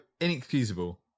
inexcusable